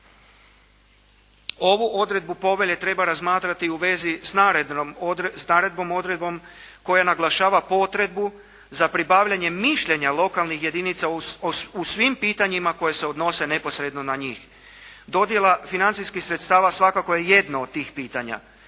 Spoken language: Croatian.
Ovu odredbu povelje treba razmatrati u vezi s narednom odredbom koja naglašava potrebu za pribavljanje mišljenja lokalnih jedinica u svim pitanjima koja se odnose neposredno na njih. Dodjela financijskih sredstava svakako je jedno od tih pitanja.